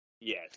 Yes